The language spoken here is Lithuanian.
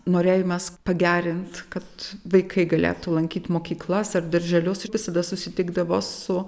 norėjimas pagerint kad vaikai galėtų lankyt mokyklas ar darželius ir visada susitikdavo su